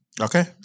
Okay